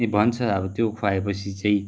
ए भन्छ अब त्यो खुवाएपछि चाहिँ